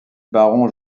baron